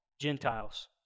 Gentiles